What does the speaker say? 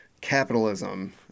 capitalism